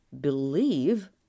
believe